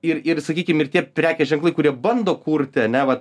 ir ir sakykim ir tie prekės ženklai kurie bando kurti ane vat